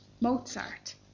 mozart